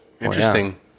Interesting